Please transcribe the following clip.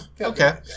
Okay